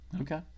Okay